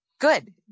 Good